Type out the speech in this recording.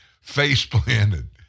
face-planted